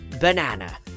Banana